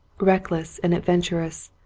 reckless, and adventurous,